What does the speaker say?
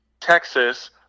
Texas